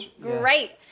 great